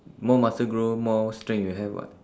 more muscle grow more strength you have what